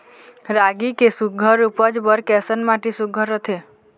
रागी के सुघ्घर उपज बर कैसन माटी सुघ्घर रथे?